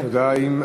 עדיין,